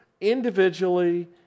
Individually